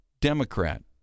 Democrat